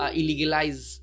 illegalize